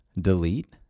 Delete